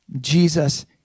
Jesus